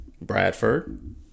Bradford